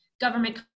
government